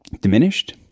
diminished